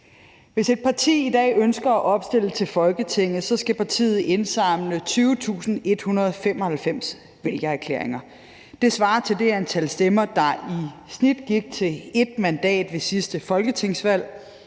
Hvis et parti i dag ønsker at opstille til Folketinget, skal partiet indsamle 20.195 vælgererklæringer. Det svarer til det antal stemmer, der i snit gik til 1 mandat ved sidste folketingsvalg.